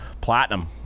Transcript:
platinum